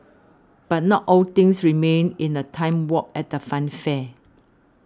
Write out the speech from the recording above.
but not all things remain in a time warp at the funfair